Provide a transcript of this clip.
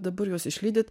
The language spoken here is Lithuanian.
dabar juos išlydyt